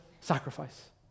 sacrifice